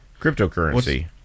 cryptocurrency